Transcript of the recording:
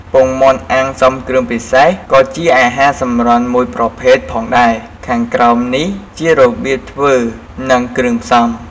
ពងមាន់អាំងផ្សំគ្រឿងពិសេស ក៏ជាអាហារសម្រន់មួយប្រភេទផងដែរ ខាងក្រោមនេះជារបៀបធ្វើនិងគ្រឿងផ្សំ។